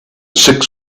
six